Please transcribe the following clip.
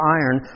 iron